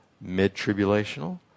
mid-tribulational